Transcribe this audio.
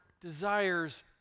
desires